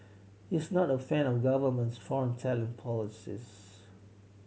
he's not a fan of the government's foreign talent policies